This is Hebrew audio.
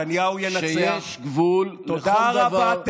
נתניהו ינצח, שיש גבול לכל דבר, תודה רבה.